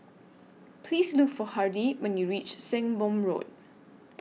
Please Look For Hardie when YOU REACH Sembong Road